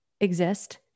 exist